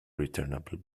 returnable